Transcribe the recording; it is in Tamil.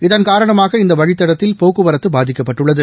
இதன் காரணமாக இந்த வழித்தடத்தில் போக்குவரத்து பாதிக்கப்பட்டள்ளது